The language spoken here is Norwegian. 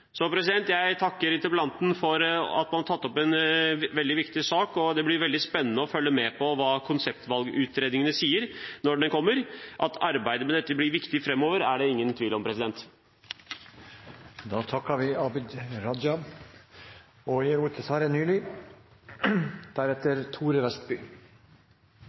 Jeg takker interpellanten for å ha tatt opp en veldig viktig sak. Det blir veldig spennende å følge med på hva konseptvalgutredningene sier når de kommer. At arbeidet med dette blir viktig framover, er det ingen tvil om. Jeg har sittet og hørt på debatten og